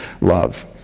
love